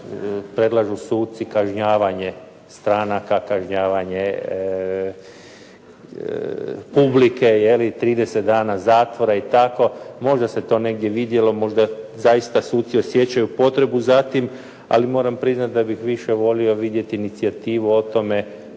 predlažu suci kažnjavanje stranaka, kažnjavanje publike je li, 30 dana zatvora i tako. Možda se to negdje vidjelo, možda zaista suci osjećaju potrebu za tim, ali moram priznati da bih više volio vidjeti inicijativu o tome